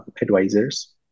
advisors